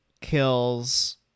kills